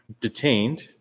detained